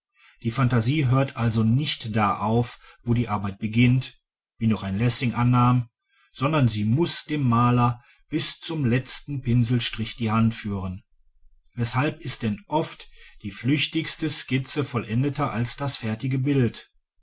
die phantasie hört also nicht da auf wo die arbeit beginnt wie noch ein lessing annahm sondern sie muß dem maler bis zum letzten pinselstrich die hand führen weshalb ist denn oft die flüchtigste skizze vollendeter als das fertige bild